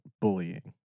bullying